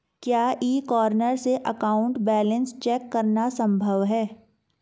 क्या e corner से account balance check करना संभव है?